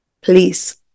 Please